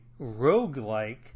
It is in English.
roguelike